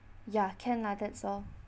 ya can lah that's all